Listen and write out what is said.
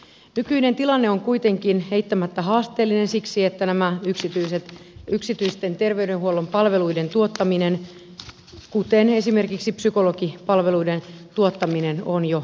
nykyinen tilanne on kuitenkin eittämättä haasteellinen siksi että näiden yksityisten terveydenhuollon palveluiden tuottaminen kuten esimerkiksi psykologipalveluiden tuottaminen on jo luvanvaraista